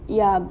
ya